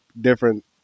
different